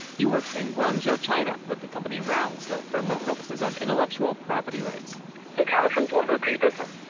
he works in guangzhou, china, with the company rouse a firm that focuses on intellectual property rights the counterfeiters want repeat business.